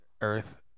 earth